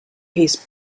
his